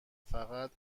فقط